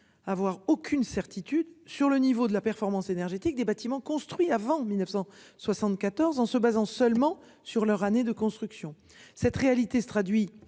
Avoir aucune certitude sur le niveau de la performance énergétique des bâtiments construits avant 1974 en se basant seulement sur leur année de construction cette réalité se traduit